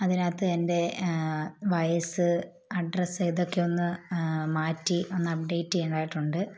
അതിനകത്ത് എൻ്റെ വയസ്സ് അഡ്രസ്സ് ഇതൊക്കെ ഒന്ന് മാറ്റി ഒന്ന് അപ്ഡേറ്റ് ചെയ്യേണ്ടതായിട്ടുണ്ട്